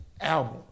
album